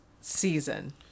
season